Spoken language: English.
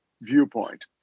viewpoint